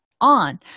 on